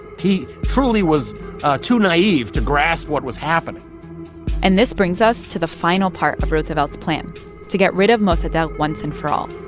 he truly was too naive to grasp what was happening and this brings us to the final part roosevelt's plan to get rid of mossadegh once and for all.